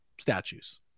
statues